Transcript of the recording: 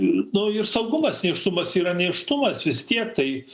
nu ir saugumas nėštumas yra nėštumas vis tiek tai